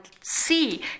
see